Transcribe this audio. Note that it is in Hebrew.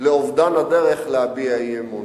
לאובדן הדרך, להביע אי-אמון.